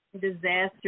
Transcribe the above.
disaster